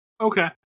Okay